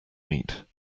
meat